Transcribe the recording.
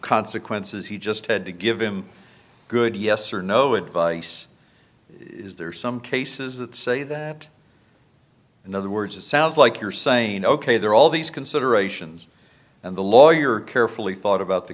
consequences he just had to give him good yes or no advice is there some cases that say that in other words it sounds like you're saying ok there are all these considerations and the lawyer carefully thought about the